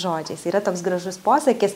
žodžiais yra toks gražus posakis